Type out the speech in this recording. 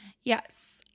Yes